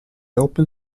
open